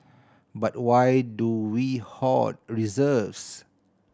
but why do we hoard reserves